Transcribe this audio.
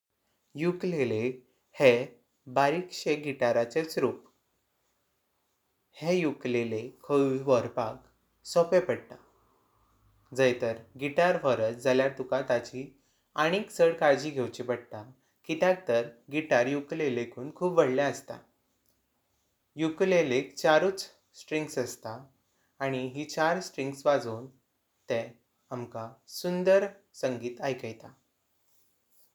Ukulele हे बारिकशे गीटराचेच रूप हे यूकेलले खेवरपाक सोपे पडता जय। तर गीटर वहरत झाल्या तुका ताजी आनिक छड काळजी घेचि पडता किद्याक तर गीटारी यूकेलले कून खूब व्हडले असता। यूकेललेक चारुच स्ट्रिंग अस्तात आणि हे चार स्ट्रिंग्स वाजोव्न तेह आमका सुंदर संगीत आइकता।